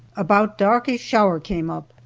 about dark a shower came up,